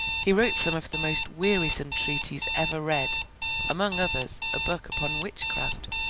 he wrote some of the most wearisome treatises ever read among others, a book upon witchcraft,